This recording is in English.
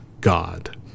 god